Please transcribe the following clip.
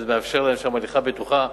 ומאפשרים להם שם הליכה בטוחה.